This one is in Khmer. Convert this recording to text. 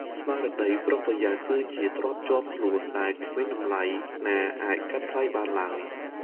ស្មារតីប្រុងប្រយ័ត្នគឺជាទ្រព្យជាប់ខ្លួនដែលគ្មានតម្លៃណាអាចកាត់ថ្លៃបានឡើយ។